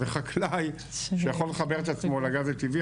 וחקלאי שיכול לחבר את עצמו לגז הטבעי.